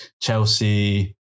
Chelsea